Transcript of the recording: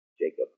Jacob